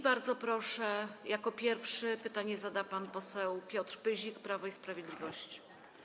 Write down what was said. Bardzo proszę, jako pierwszy pytanie zada pan poseł Piotr Pyzik, Prawo i Sprawiedliwość.